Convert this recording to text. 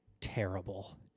terrible